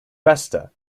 vesta